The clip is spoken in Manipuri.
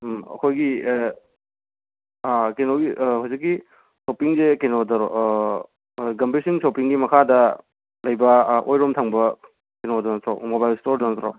ꯎꯝ ꯑꯩꯈꯣꯏꯒꯤ ꯀꯩꯅꯣꯒꯤ ꯍꯧꯖꯤꯛꯀꯤ ꯁꯣꯄꯤꯡꯁꯦ ꯀꯩꯅꯣꯗꯔꯣ ꯒꯝꯕꯤꯔ ꯁꯤꯡ ꯁꯣꯞꯄꯤꯡꯒꯤ ꯃꯈꯥꯗ ꯂꯩꯕ ꯑꯣꯏꯔꯣꯝ ꯊꯪꯕ ꯀꯩꯅꯣꯗꯣ ꯅꯠꯇ꯭ꯔꯣ ꯃꯣꯕꯥꯏꯜ ꯁ꯭ꯇꯣꯔꯗꯣ ꯅꯠꯇ꯭ꯔꯣ